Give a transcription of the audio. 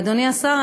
אדוני השר,